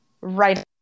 right